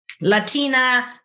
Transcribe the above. Latina